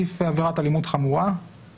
להוסיף עבירה של כליאת נשים לענייני זנות.